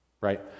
right